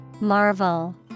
Marvel